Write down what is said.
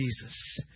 Jesus